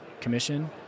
commission